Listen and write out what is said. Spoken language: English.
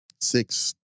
six